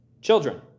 Children